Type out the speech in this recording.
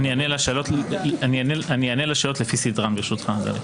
אני אענה לשאלות לפי סדרן, ברשותך.